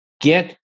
get